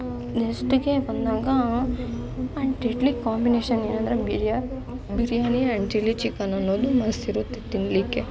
ನೆಸ್ಟ್ಗೆ ಬಂದಾಗ and deadly combination ಏನೆಂದ್ರೆ ಬಿರ್ಯ ಬಿರಿಯಾನಿ ಆ್ಯಂಡ್ ಚಿಲ್ಲಿ ಚಿಕ್ಕನ್ ಅನ್ನೋದು ಮಸ್ತ್ ಇರುತ್ತೆ ತಿನ್ನಲಿಕ್ಕೆ